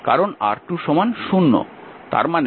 কারণ R2 0